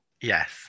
yes